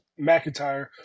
McIntyre